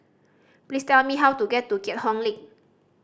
please tell me how to get to Keat Hong Link